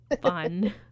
fun